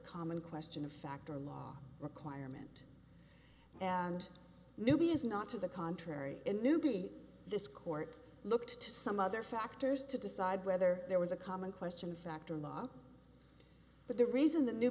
common question of fact or law requirement and maybe is not to the contrary in newby this court looked to some other factors to decide whether there was a common question fact or law but the reason the new